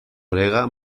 grega